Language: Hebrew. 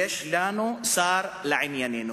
יש לנו שר לעניינינו.